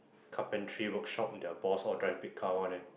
carpentry workshop their boss all drive big car one ah